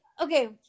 Okay